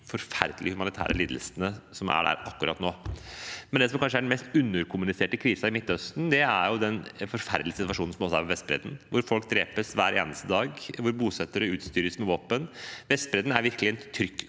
forferdelige humanitære lidelsene som er der akkurat nå, men det som kanskje er den mest underkommuniserte krisen i Midtøsten, er den forferdelige situasjonen som er på Vestbredden, hvor folk drepes hver eneste dag, og hvor bosettere utstyres med våpen. Vestbredden er virkelig en trykkoker.